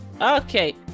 Okay